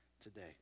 today